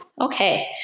Okay